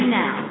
now